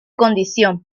condición